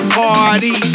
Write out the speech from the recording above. party